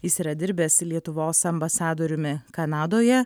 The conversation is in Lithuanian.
jis yra dirbęs lietuvos ambasadoriumi kanadoje